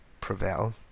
prevail